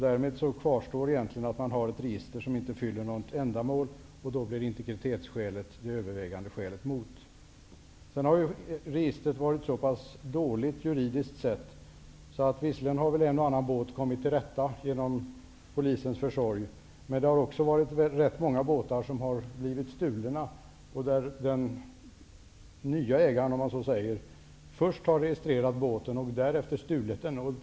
Därmed kvarstår egentligen att ett register finns som egentligen inte tjänar något ändamål. Då blir integritetsskälet det övervägande skälet mot detta register. Vidare har registret varit dåligt juridiskt sett. Visserligen har en och annan båt kommit till rätta genom Polisens försorg. Men rätt många båtar har blivit stulna. Den ''nye ägaren'' har först registrerat båten och därefter har den stulits.